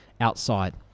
outside